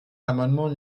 l’amendement